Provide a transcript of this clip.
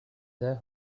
their